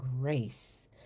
grace